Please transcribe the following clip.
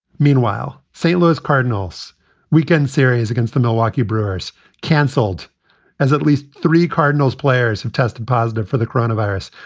meanwhile, st. louis cardinals weekend series against the milwaukee brewers canceled as at least three cardinals players have tested positive for the coronavirus.